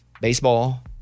baseball